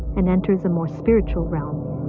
and enters a more spiritual realm.